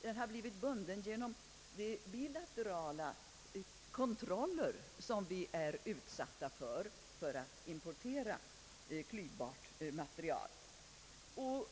Den har blivit bunden genom de bilaterala kontroller som vi är underkastade när det gäller att importera klyvbart material.